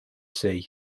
sea